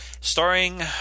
starring